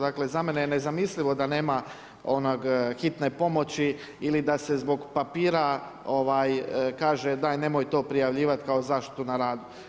Dakle, za mene je nezamislivo da nema hitne pomoći ili da se zbog papira kaže daj nemoj to prijavljivati kao zaštitu na radu.